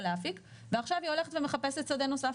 להפיק ועכשיו היא הולכת ומחפשת שדה נוסף.